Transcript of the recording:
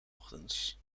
ochtends